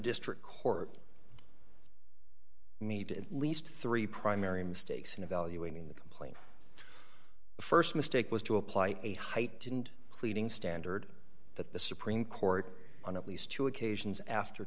district court need at least three primary mistakes in evaluating the complaint the st mistake was to apply a heightened pleading standard that the supreme court on at least two occasions after